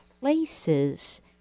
places